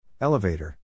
Elevator